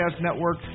network